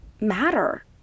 matter